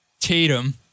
Tatum